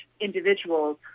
individuals